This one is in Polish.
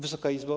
Wysoka Izbo!